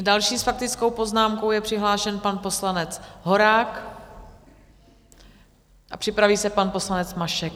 Další s faktickou poznámku je přihlášen pan poslanec Horák a připraví se pan poslanec Mašek.